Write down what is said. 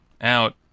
out